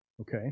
Okay